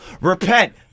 Repent